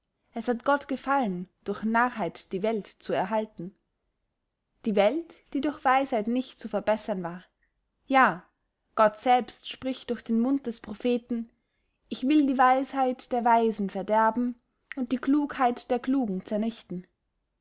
es hat gott gefallen durch narrheit die welt zu erhalten die welt die durch weisheit nicht zu verbessern war ja gott selbst spricht durch den mund des propheten ich will die weisheit der weisen verderben und die klugheit der klugen